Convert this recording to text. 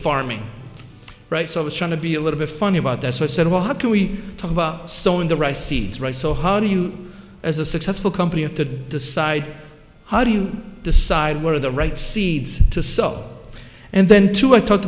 farming right so i was trying to be a little bit funny about that so i said well how can we talk about so in the rice seeds right so how do you as a successful company have to decide how do you decide where the right seeds to sow and then to i talk